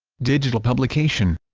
digital publication